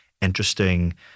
interesting